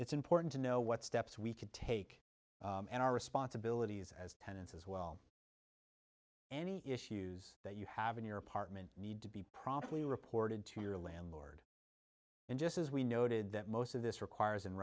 it's important to know what steps we could take and our responsibilities as tenants as well any issues that you have in your apartment need to be promptly reported to your landlord and just as we noted that most of this requires